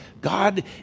God